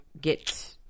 get